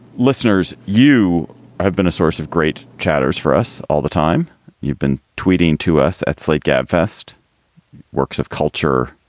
listeners, you have been a source of great chatter's for us all the time you've been tweeting to us at slate gabfest works of culture.